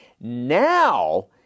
now